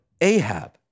Ahab